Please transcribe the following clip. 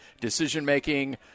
decision-making